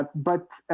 but